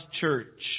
church